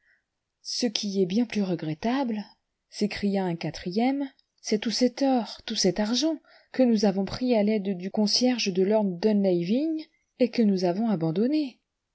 ce qui est bien plus regrettable s'écria un quatrième c'est tout cet or tout cet argent que nous avons pris à l'aide du concierge de lord dunlavin et que nous avons abandonné